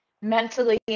mentally